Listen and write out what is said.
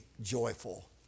joyful